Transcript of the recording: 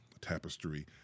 tapestry